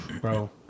Bro